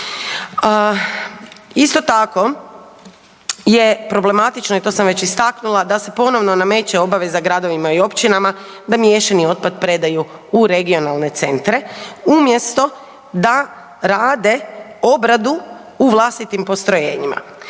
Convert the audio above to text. Isto tako je problematično i to sam već istaknula da se ponovo nameće obaveza gradovima i općinama da miješani otpad predaju u regionalne centre umjesto da rade obradu u vlastitim postrojenjima.